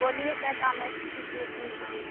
बोलिए क्या काम है किस लिए फोन किए